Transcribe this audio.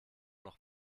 noch